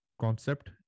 concept